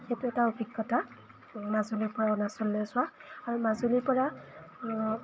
সেইটো এটা অভিজ্ঞতা মাজুলীৰপৰা অৰুণাচললৈ যোৱা আৰু মাজুলীৰপৰা